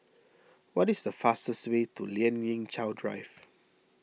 what is the fastest way to Lien Ying Chow Drive